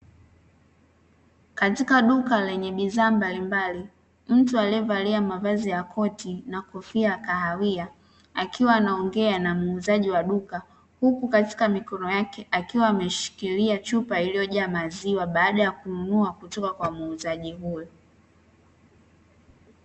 Katika duka lenye bidhaa mbali mbali, mtu aliye valia mavazi ya koti, na kofia ya kahawia. Akiwa anaongea na muuzaji wa duka, huku katika mikono yake akiwa ameshikiria chupa iliyo jaa maziwa baada ya kununua kutoka kwa muuzaji huyo.